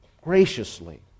graciously